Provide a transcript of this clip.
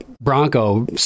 bronco